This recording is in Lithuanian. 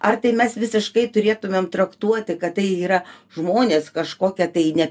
ar tai mes visiškai turėtumėm traktuoti kad tai yra žmonės kažkokia tai ne